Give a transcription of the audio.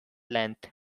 length